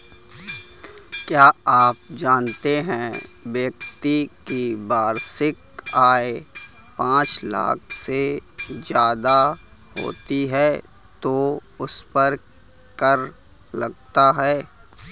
क्या आप जानते है व्यक्ति की वार्षिक आय पांच लाख से ज़्यादा होती है तो उसपर कर लगता है?